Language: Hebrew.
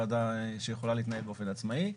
ועדה שיכולה להתנהל באופן עצמאי.